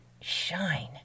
shine